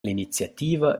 l’iniziativa